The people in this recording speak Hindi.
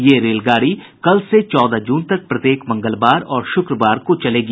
ये रेलगाड़ी कल से चौदह जून तक प्रत्येक मंगलवार और शुक्रवार को चलेगी